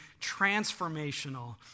transformational